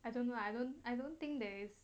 I don't know I don't I don't think there's